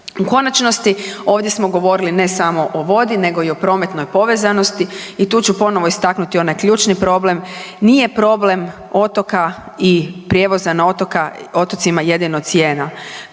U konačnosti, ovdje smo govorili ne samo o vodi, nego i o prometnoj povezanosti i tu ću ponovo istaknuti onaj ključni problem. Nije problem otoka i prijevoza na otocima jedino cijena,